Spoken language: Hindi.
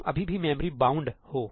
तुम अभी भी मेमोरी बाउंड हो